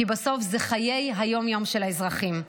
כי בסוף זה חיי היום-יום של האזרחים.